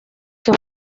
que